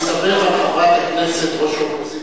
אני סומך על חברת הכנסת ראש האופוזיציה.